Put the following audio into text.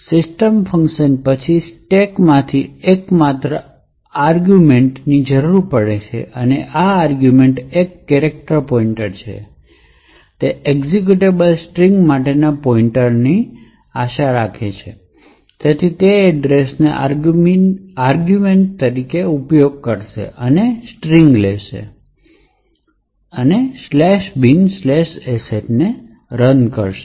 system કાર્ય પછી સ્ટેકમાંથી એક માત્ર આર્ગિવમેન્ટની જરૂર પડે છે અને આ આર્ગિવમેન્ટ એક કેરેક્ટર પોઇન્ટર છે અને તે એક્ઝેક્યુટેબલ સ્ટ્રિંગ માટેના પોઇન્ટર ની અપેક્ષા રાખે છે તેથી તે આ એડ્રેસનો આર્ગિવમેન્ટ તરીકે ઉપયોગ કરે છે અને સ્ટ્રિંગ લે છે અને "binsh" ને રન કરે છે